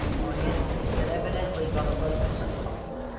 my enemies had evidently got a boat of some kind.